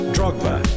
Drogba